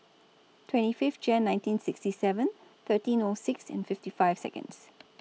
twenty five January nineteen sixty seven thirteen O six and fifty five Seconds